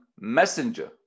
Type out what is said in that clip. messenger